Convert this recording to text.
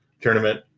tournament